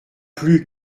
plus